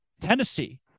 Tennessee